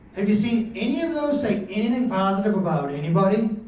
have you seen any of those saying anything positive about anybody?